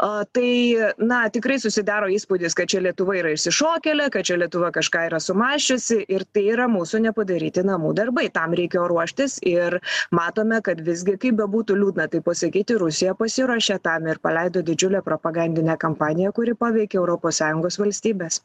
a tai na tikrai susidaro įspūdis kad čia lietuva yra išsišokėlė kad čia lietuva kažką yra sumąsčiusi ir tai yra mūsų nepadaryti namų darbai tam reikėjo ruoštis ir matome kad visgi kaip bebūtų liūdna tai posakyti rusija pasiruošė tam ir paleido didžiulę propagandinę kampaniją kuri paveikė europos sąjungos valstybes